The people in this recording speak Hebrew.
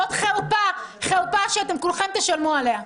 זאת חרפה שאתם כולכם תשלמו עליה.